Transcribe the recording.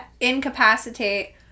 incapacitate